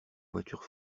voiture